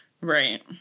Right